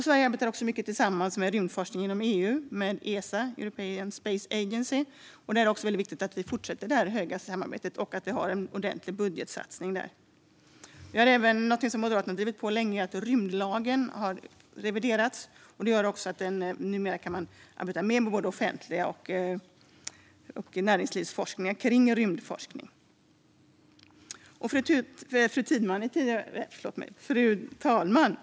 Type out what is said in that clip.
Sverige arbetar mycket tillsammans med rymdforskning inom EU med ESA, European Space Agency. Det är väldigt viktigt att vi fortsätter det samarbetet. Vi har en ordentlig budgetsatsning där. Vi har något som Moderaterna länge drivit på för. Rymdlagen har reviderats. Det gör att man numera kan arbeta mer med både offentlig forskning och näringslivsforskning inom rymdforskning. Fru talman!